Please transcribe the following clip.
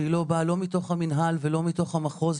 שהיא לא באה לא מתוך המנהל ולא מתוך המחוז.